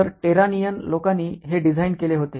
तर टेरानियन लोकांनी हे डिझाइन केले होते